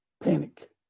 panic